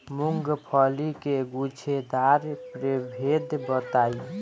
मूँगफली के गूछेदार प्रभेद बताई?